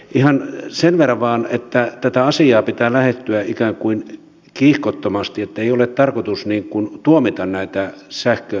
ihan sen verran vain että tätä asiaa pitää lähestyä ikään kuin kiihkottomasti että ei ole tarkoitus tuomita näitä sähköverkkoyhtiöitä